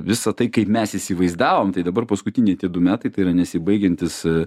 visą tai kaip mes įsivaizdavom tai dabar paskutiniai du metai tai yra nesibaigiantis